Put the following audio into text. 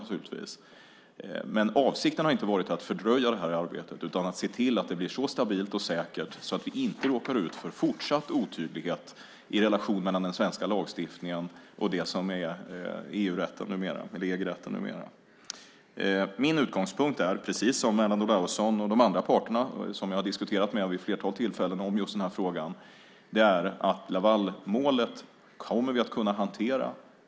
Men avsikten har inte varit att fördröja arbetet utan att se till att det blir så stabilt och säkert att vi inte råkar ut för fortsatt otydlighet i relationen mellan den svenska lagstiftningen och det som numera är EG-rätten. Min utgångspunkt är, precis som hos de andra parter som jag har diskuterat med vid flera tillfällen i den här frågan, att Lavalmålet kommer vi att kunna hantera.